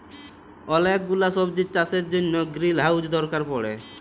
ওলেক গুলা সবজির চাষের জনহ গ্রিলহাউজ দরকার পড়ে